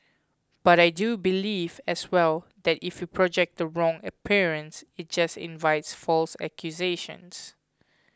but I do believe as well that if you project the wrong appearance it just invites false accusations